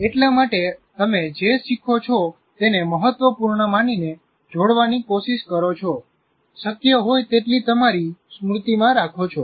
એટલા માટે તમે જે શીખો છો તેને મહત્વપૂર્ણ માનીને જોડવાની કોશિશ કરો છો શક્ય હોય તેટલી તમારી સ્મૃતિમાં રાખો છો